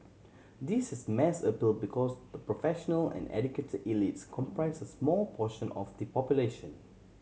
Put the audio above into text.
this has mass appeal because the professional and educate elites comprise a small portion of the population